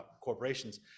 corporations